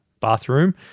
bathroom